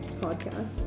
podcast